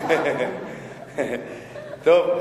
טוב.